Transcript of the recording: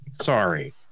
Sorry